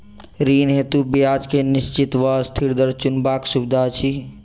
ऋण हेतु ब्याज केँ निश्चित वा अस्थिर दर चुनबाक सुविधा अछि